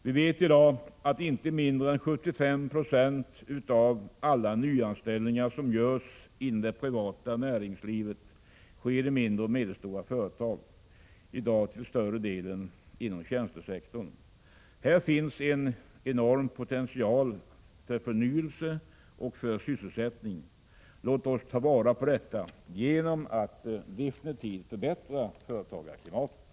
Vi vet i dag att inte mindre än 75 96 av alla nyanställningar inom det privata näringslivet sker i mindre och medelstora företag, numera till större delen inom tjänstesektorn. Här finns en enorm potential för förnyelse och sysselsättning. Låt oss ta vara på detta genom att definitivt förbättra företagarklimatet.